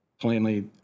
Plainly